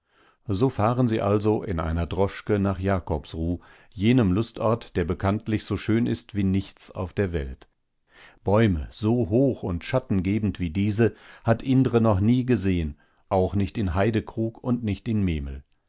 so fahren sie also in einer droschke nach jakobsruh jenem lustort der bekanntlich so schön ist wie nichts auf der welt bäume so hoch und schattengebend wie diese hat indre noch nie gesehen auch nicht in heydekrug und nicht in memel